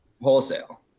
Wholesale